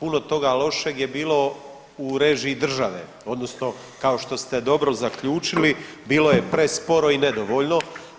puno toga lošeg je bilo u režiji države odnosno kao što ste dobro zaključili bilo je presporo i nedovoljno.